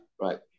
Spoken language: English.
right